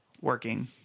working